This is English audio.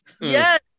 Yes